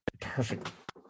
perfect